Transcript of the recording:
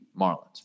Marlins